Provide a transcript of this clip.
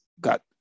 got